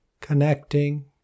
connecting